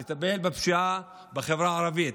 בטיפול בפשיעה בחברה הערבית.